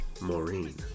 Maureen